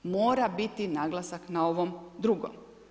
Mora biti naglasak na ovom drugom.